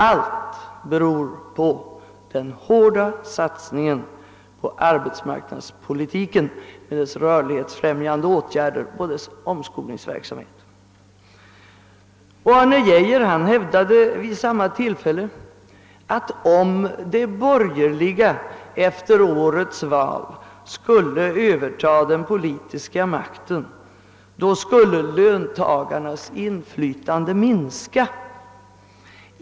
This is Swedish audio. »Allt beror på den hårda satsningen på arbetsmarknadspolitiken med dess rörlighetsfrämjande åtgärder och dess omskolningsverksamhet.» fälle, att om de borgerliga efter årets val skulle överta den politiska makten, skulle löntagarnas inflytande minska.